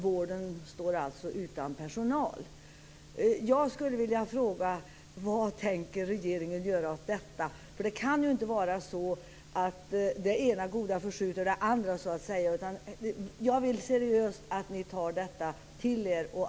Vården står alltså utan personal. Det kan ju inte vara så att det ena goda förskjuter det andra. Jag vill att ni tar detta till er seriöst.